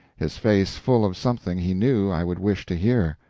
his face full of something he knew i would wish to hear.